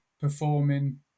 performing